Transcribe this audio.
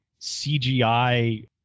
CGI